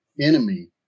enemy